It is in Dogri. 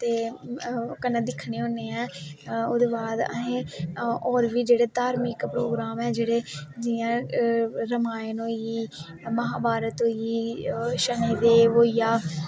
ते कन्नै दिक्खने होन्ने ऐं ओह्दे बाद अस होर बी धार्मिक प्रोग्राम ऐं जेह्ड़े जियां रामायण होई गेई महाभारत होई गेई शनिदेव होईया